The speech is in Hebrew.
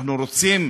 אנחנו רוצים